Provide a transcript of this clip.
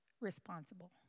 responsible